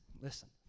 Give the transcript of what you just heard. Listen